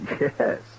Yes